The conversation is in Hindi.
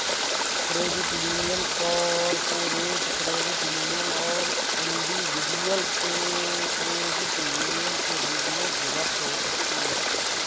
credit union corporate credit union और इंडिविजुअल क्रेडिट यूनियन के रूप में विभक्त हो सकती हैं